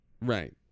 Right